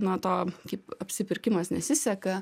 nuo to kaip apsipirkimas nesiseka